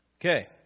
Okay